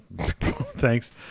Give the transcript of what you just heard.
thanks